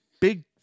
big